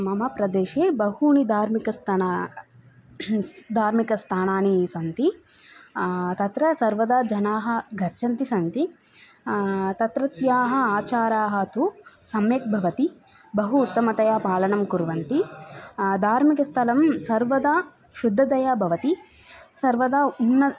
मम प्रदेशे बहूनि धार्मिकस्थानम् धार्मिकस्थानानि सन्ति तत्र सर्वदा जनाः गच्छन्ति सन्ति तत्रत्याः आचाराः तु सम्यक् भवति बहु उत्तमतया पालनं कुर्वन्ति धार्मिकस्थलं सर्वदा शुद्धतया भवति सर्वदा उन्न